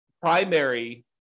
primary